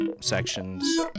sections